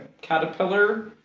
caterpillar